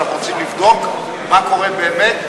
אבל אנחנו רוצים לבדוק מה קורה באמת,